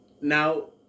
Now